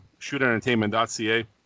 shootentertainment.ca